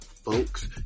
Folks